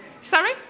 Sorry